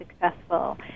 successful